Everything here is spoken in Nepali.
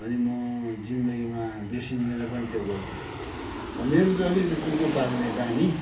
अनि म जिन्दगीमा बिर्सिँदैन पनि त्यो गल्ती मेरो चाहिँ अलिकति कुकुर पाल्ने बानी